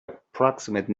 approximate